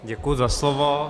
Děkuji za slovo.